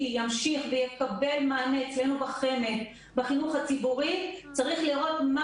ימשיך ויקבל מענה אצלנו בחמ"ד בחינוך הציבורי צריך לראות מה